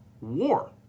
War